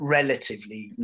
relatively